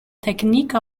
technique